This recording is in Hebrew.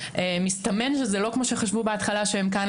מסתמן שזה לא כמו שחשבו בהתחלה שהם כאן